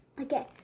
Okay